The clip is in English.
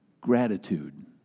Gratitude